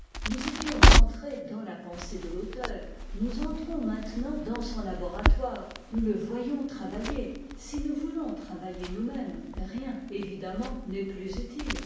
nous étions entrés dans la pensée de l'auteur nous entrons maintenant dans son laboratoire nous le voyons travailler si nous voulons travailler nous-mêmes rien évidemment n'est plus utile